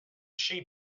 she